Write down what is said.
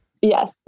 Yes